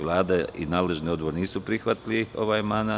Vlada i nadležni odbor nisu prihvatili ovaj amandman.